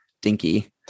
dinky